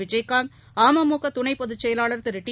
விஜயகாந்த் அமமுக துணைப் பொதுச்செயலாளர் திரு டி